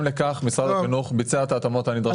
לכך משרד החינוך ביצע את ההתאמות הנדרשות.